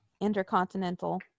intercontinental